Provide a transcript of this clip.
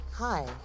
Hi